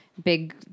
Big